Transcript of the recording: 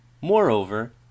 Moreover